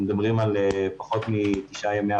אנחנו מדברים על פחות מתשעה ימים --- ימי